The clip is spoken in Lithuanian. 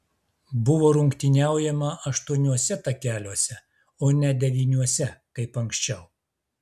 buvo rungtyniaujama aštuoniuose takeliuose o ne devyniuose kaip anksčiau